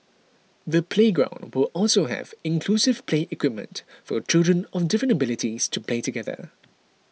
the playground will also have inclusive play equipment for children of different abilities to play together